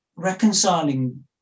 Reconciling